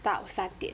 到三点